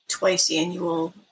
twice-annual